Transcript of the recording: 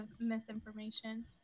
misinformation